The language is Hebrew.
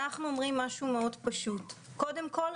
אנחנו אומרים דבר פשוט מאוד: קודם כול,